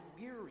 weary